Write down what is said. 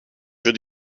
für